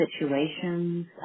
situations